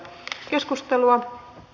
keskustelu a